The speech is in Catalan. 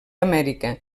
amèrica